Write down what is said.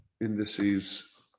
indices